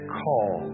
call